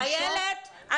איילת,